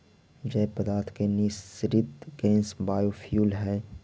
जैव पदार्थ के निःसृत गैस बायोफ्यूल हई